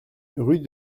rue